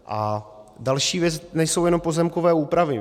A další věc, nejsou jenom pozemkové úpravy.